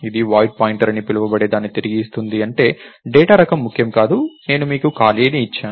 ఇది void pointer అని పిలువబడే దాన్ని తిరిగి ఇస్తుంది అంటే డేటా రకం ముఖ్యం కాదు నేను మీకు ఖాళీని ఇచ్చాను